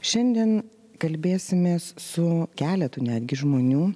šiandien kalbėsimės su keletu netgi žmonių